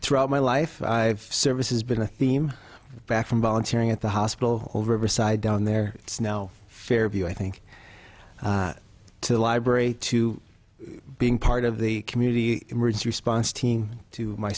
throughout my life i have service has been a theme back from volunteering at the hospital overside down there it's now fairview i think to the library to being part of the community emergency response team to my